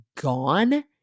gone